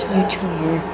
YouTuber